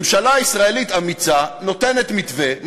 ממשלה ישראלית אמיצה נותנת מתווה,